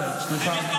סליחה.